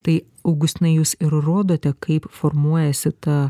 tai augustinai jūs ir rodote kaip formuojasi ta